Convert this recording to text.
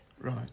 Right